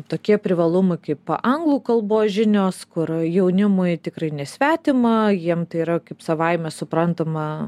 tokie privalumai kaip anglų kalbos žinios kur jaunimui tikrai nesvetima jiem tai yra kaip savaime suprantama